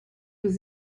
was